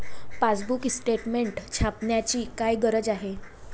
Passbook statement छापण्याची काय गरज आहे?